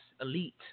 elite